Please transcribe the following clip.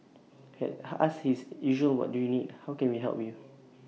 had asked his usual what do you need how can we help you